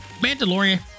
Mandalorian